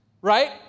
right